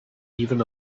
even